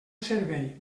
servei